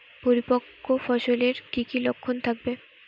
পরিপক্ক ফসলের কি কি লক্ষণ থাকবে?